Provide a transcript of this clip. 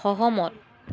সহমত